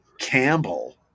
Campbell